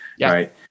right